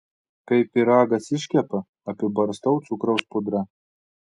kai pyragas iškepa apibarstau cukraus pudra